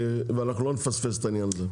ואנחנו לא נפספס את העניין הזה.